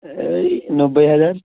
এই নব্বই হাজার